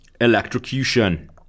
electrocution